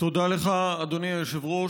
תודה לך, אדוני היושב-ראש.